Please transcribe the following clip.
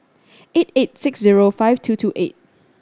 eight eight six zero five two two eight